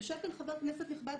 יושב כאן חבר כנסת נכבד,